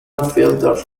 fielder